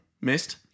Missed